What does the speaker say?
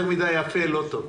יותר מדי יפה, לא טוב.